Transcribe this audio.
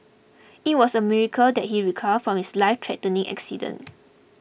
it was a miracle that he recovered from his lifethreatening accident